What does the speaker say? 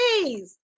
please